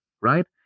Right